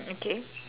okay